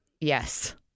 yes